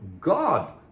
God